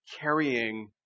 carrying